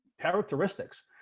characteristics